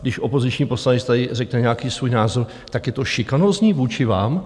Když opoziční poslanec tady řekne nějaký svůj názor, tak je to šikanózní vůči vám?